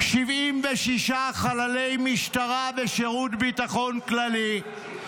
76 חללי משטרה ושירות הביטחון הכללי,